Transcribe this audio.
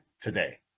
today